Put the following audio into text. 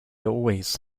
always